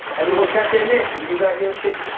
everyone's got their niche and you got your shit.